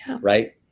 right